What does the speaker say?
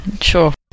sure